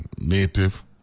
native